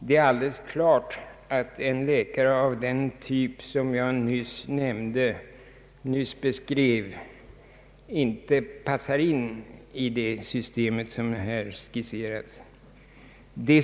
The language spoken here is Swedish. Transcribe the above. Det är alldeles klart att en läkare som den jag nyss beskrev inte passar in i det system som här har skisserats.